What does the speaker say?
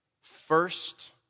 First